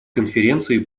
конференции